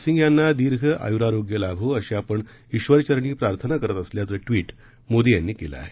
सिंग यांना दिर्घ आयुरारोग्य लाभो अशी आपण बैर चरणी प्रार्थना करत असल्याचं ट्विट मोदी यांनी केलं आहे